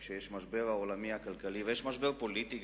כשיש משבר עולמי כלכלי ויש גם משבר פוליטי,